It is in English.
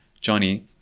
Johnny